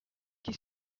qui